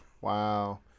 Wow